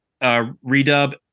redub